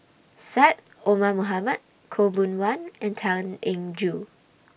Syed Omar Mohamed Khaw Boon Wan and Tan Eng Joo